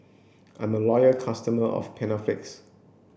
I'm a loyal customer of Panaflex